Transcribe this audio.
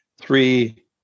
three